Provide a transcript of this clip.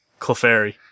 Clefairy